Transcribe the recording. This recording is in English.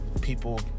people